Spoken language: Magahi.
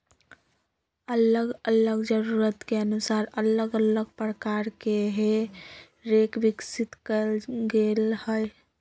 अल्लग अल्लग जरूरत के अनुसार अल्लग अल्लग प्रकार के हे रेक विकसित कएल गेल हइ